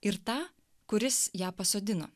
ir tą kuris ją pasodino